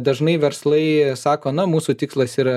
dažnai verslai sako na mūsų tikslas yra